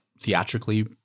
theatrically